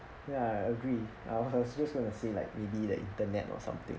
ya I agree I was was just going to say like maybe the internet or something